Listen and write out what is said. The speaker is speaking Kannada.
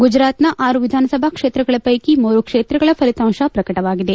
ಗುಜರಾತ್ನ ಆರು ವಿಧಾನಸಭಾ ಕ್ಷೇತ್ರಗಳ ಪೈಕಿ ಮೂರು ಕ್ಷೇತ್ರಗಳ ಫಲಿತಾಂಶ ಪ್ರಕಟವಾಗಿದೆ